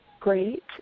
great